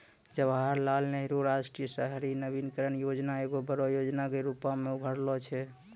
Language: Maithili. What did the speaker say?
जवाहरलाल नेहरू राष्ट्रीय शहरी नवीकरण योजना एगो बड़ो योजना के रुपो मे उभरलो छै